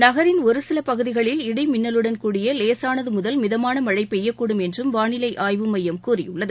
நகரின் ஒருசில பகுதிகளில் இடி மின்னலுடன் கூடிய லேசானது முதல் மிதமான மழை பெய்யக்கூடும் என்றும் வானிலை ஆய்வுமையம் கூறியுள்ளது